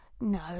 No